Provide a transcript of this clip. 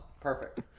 Perfect